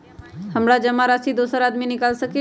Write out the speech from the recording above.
हमरा जमा राशि दोसर आदमी निकाल सकील?